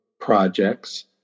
projects